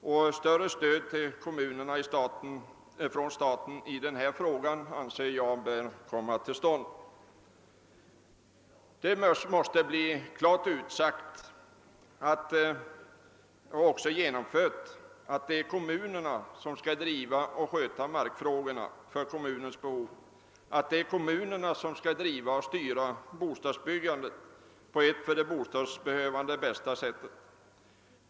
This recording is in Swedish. De bör därför få ett större stöd av staten. Vidare måste det klart sägas ifrån att det är kommunerna som skall driva och sköta markfrågorna för kommunens behov och att det är kommunerna som skall driva och styra bostadsbyggandet på det för de bostadsbehövande bästa sättet.